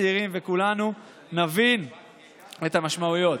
צעירים וכולנו נבין את המשמעויות.